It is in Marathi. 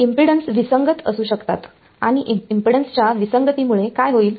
इम्पेडन्स विसंगत असू शकतात आणि इम्पेडन्सच्या विसंगतीमुळे काय होईल